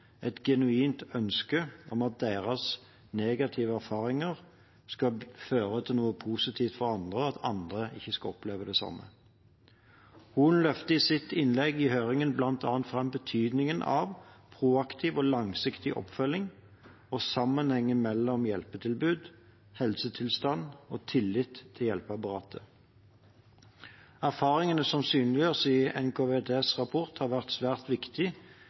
et genuint ønske om at deres negative erfaringer skal føre til noe positivt for andre, og at andre ikke skal oppleve det samme. Holen løftet i sitt innlegg i høringen bl.a. fram betydningen av proaktiv og langsiktig oppfølging og sammenhengen mellom hjelpetilbud, helsetilstand og tillit til hjelpeapparatet. Erfaringene som synliggjøres i NKVTS’ rapport, har vært svært